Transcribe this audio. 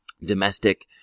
domestic